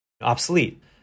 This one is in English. obsolete